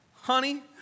honey